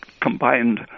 combined